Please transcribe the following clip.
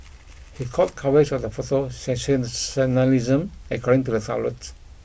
he called coverage of the photo sensationalism according to the outlets